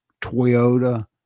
Toyota